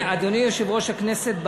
אדוני יושב-ראש הכנסת,